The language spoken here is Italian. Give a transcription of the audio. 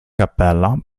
cappella